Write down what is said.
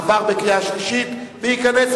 עבר בקריאה השלישית וייכנס,